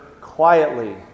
quietly